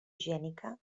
gènica